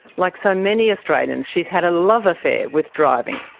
like so many australians she's had a love affair with driving.